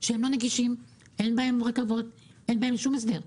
שהם לא נגישים, שאין בהם רכבות, אין בהם שום הסדר.